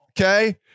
okay